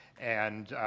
and,